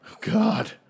God